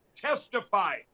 testify